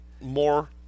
more